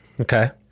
Okay